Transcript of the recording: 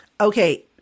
Okay